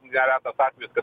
ne retas atvejis kad